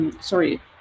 sorry